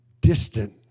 distant